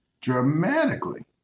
dramatically